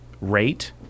rate